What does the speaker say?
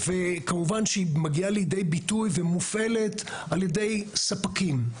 וכמובן שהיא מגיעה לידי ביטוי ומופעלת על ידי ספקים.